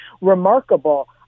remarkable